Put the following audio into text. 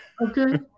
Okay